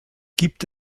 gibt